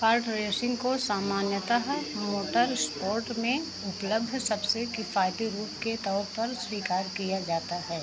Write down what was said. cart racing को सामान्यतः motor sports में उपलब्ध सबसे किफ़ायती रूप के तौर पर स्वीकार किया जाता है